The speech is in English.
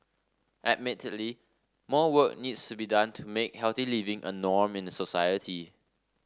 admittedly more work needs to be done to make healthy living a norm in society